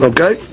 Okay